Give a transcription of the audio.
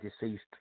deceased